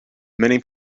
many